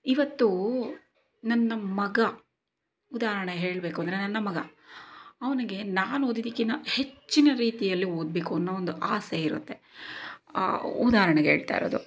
ಇವತ್ತು ನನ್ನ ಮಗ ಉದಾಹರಣೆ ಹೇಳಬೇಕು ಅಂದರೆ ನನ್ನ ಮಗ ಅವನಿಗೆ ನಾನು ಓದಿದ್ದಿಕ್ಕಿನ್ನ ಹೆಚ್ಚಿನ ರೀತಿಯಲ್ಲಿ ಓದಬೇಕು ಅನ್ನೋ ಒಂದು ಆಸೆ ಇರುತ್ತೆ ಉದಾಹರಣೆಗೆ ಹೇಳ್ತಾ ಇರೋದು